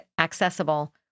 accessible